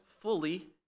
fully